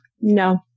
No